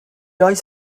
oes